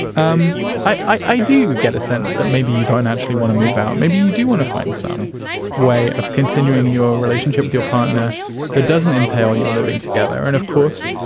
um i i do get a sense that maybe you don't naturally want to move out. maybe you do want to find some way of continuing your relationship with your partner that doesn't entail you living together. and of course,